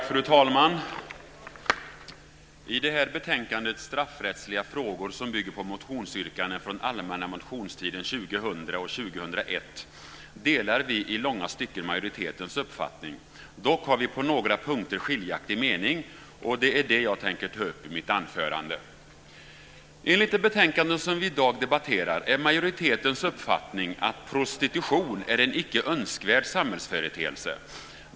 Fru talman! I betänkandet Straffrättsliga frågor, som bygger på motionsyrkanden från allmänna motionstiden 2000 och 2001, delar Kristdemokraterna i långa stycken majoritetens uppfattning. Dock har vi på några punkter en skiljaktig mening, vilket jag tänker ta upp i mitt anförande. Enligt det betänkande som vi i dag debatterar är majoritetens uppfattning att prostitution är en icke önskvärd samhällsföreteelse.